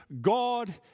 God